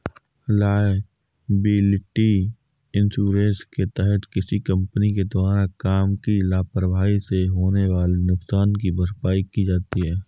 liability insurance के तहत किसी कंपनी के द्वारा काम की लापरवाही से होने वाले नुकसान की भरपाई की जाती है